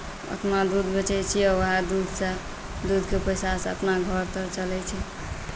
अपना दूध बेचैत छियै उएह दूधसँ दूधके पैसासँ अपना घर तर चलैत छै